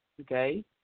okay